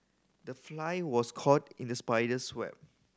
the fly was caught in the spider's web